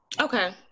Okay